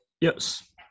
yes